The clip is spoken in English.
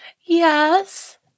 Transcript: Yes